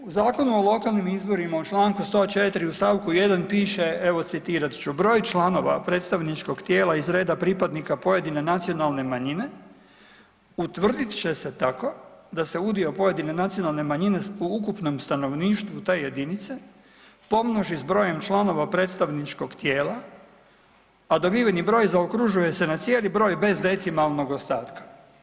U Zakonu o lokalnim izborima u čl. 104. u st. 1. piše, evo citirat ću: Broj članova predstavničkog tijela iz reda pripadnika pojedine nacionalne manjine utvrdit će se tako da se udio pojedine nacionalne manjine u ukupnom stanovništvu te jedinice pomnoži s brojem članova predstavničkog tijela, a dobiveni broj zaokružuje se na cijeli broj bez decimalnog ostatka.